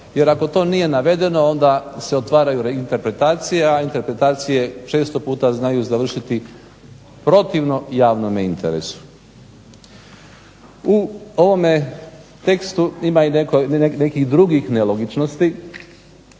Jer ako to nije navedeno onda se otvaraju interpretacije, a interpretacije često puta znaju završiti protivno javnome interesu. U ovome tekstu ima i nekih drugih nelogičnosti,